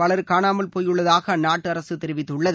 power காணாமல் போயுள்ளதாக அந்நாட்டு அரசு தெரிவித்துள்ளது